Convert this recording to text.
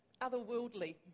otherworldly